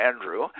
Andrew